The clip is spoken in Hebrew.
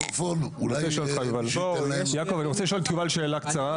אני רוצה לשאול את יובל שאלה קצרה.